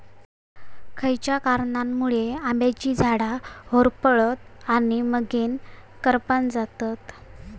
खयच्या कारणांमुळे आम्याची झाडा होरपळतत आणि मगेन करपान जातत?